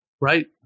Right